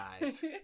guys